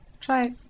Try